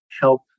help